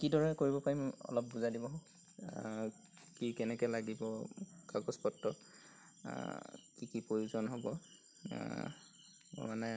কিদৰে কৰিব পাৰিম অলপ বুজাই দিব কি কেনেকৈ লাগিব কাগজ পত্ৰ কি কি প্ৰয়োজন হ'ব মানে